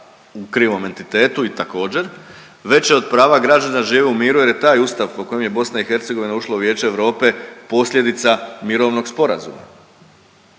u krivom entitetu i također veće od prava građana da žive u miru, jer je taj Ustav po kojem je BiH ušla u Vijeće Europe posljedica mirovnog sporazuma.